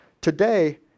today